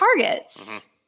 targets